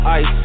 ice